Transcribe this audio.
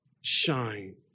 shine